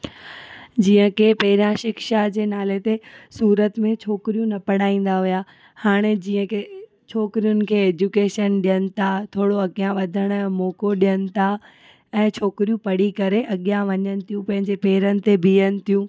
जीअं की पहिरियों शिक्षा जे नाले ते सूरत में छोकिरियूं न पढ़ाईंदा हुआ हाणे जीअं की छोकिरियुनि खे एजुकेशन ॾियनि था थोरो अॻियां वधण जो मौको ॾियनि था ऐं छोकिरियूं पढ़ी करे अॻियां वञनि तियूं पंहिंजे पेरनि ते बिहनि थियूं